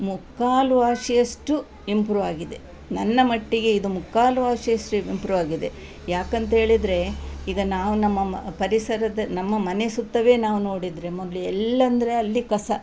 ಮುಕ್ಕಾಲು ವಾಸಿಯಷ್ಟು ಇಂಪ್ರೂವ್ ಆಗಿದೆ ನನ್ನ ಮಟ್ಟಿಗೆ ಇದು ಮುಕ್ಕಾಲು ವಾಸಿಯಷ್ಟು ಇಂಪ್ರೂವ್ ಆಗಿದೆ ಯಾಕೆಂತೇಳಿದ್ರೆ ಇದನ್ನು ನಾವು ನಮ್ಮ ಪರಿಸರದ ನಮ್ಮ ಮನೆ ಸುತ್ತವೇ ನಾವು ನೋಡಿದರೆ ಮೊದಲು ಎಲ್ಲೆಂದ್ರೆ ಅಲ್ಲಿ ಕಸ